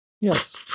Yes